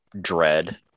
dread